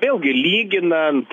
vėlgi lyginant